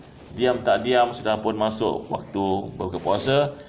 diam tak diam sudah pun masuk waktu berbuka puasa